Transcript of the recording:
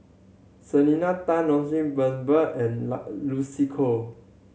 Selena Tan Lloyd Valberg and Lucy Koh